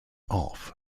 off